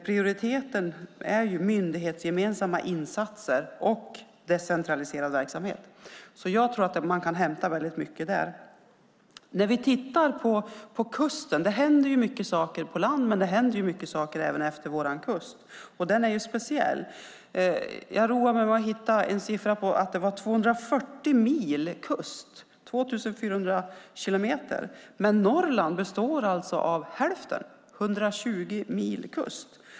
Prioriteten är ju myndighetsgemensamma insatser och decentraliserad verksamhet. Jag tror att man kan hämta väldigt mycket där. Vi kan titta på kusten. Det händer mycket saker på land, men det händer mycket saker även efter vår kust, som är speciell. Jag roade mig med att ta fram uppgiften att vi har 240 mil kust, 2 400 kilometer, men hälften av den finns i Norrland, alltså 120 mil kust.